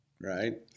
right